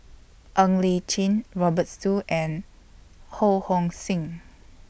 Ng Li Chin Robert Soon and Ho Hong Sing